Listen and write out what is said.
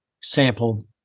sampled